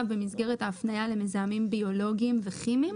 במסגרת ההפניה למזהמים ביולוגים וכימיים.